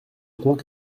compte